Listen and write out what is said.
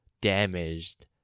damaged